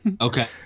Okay